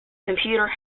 computer